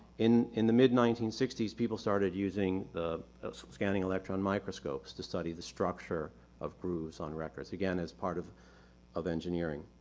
in in the mid nineteen sixty s, people started using the scanning electron microscopes to study the structure of grooves on records again, as part of of engineering.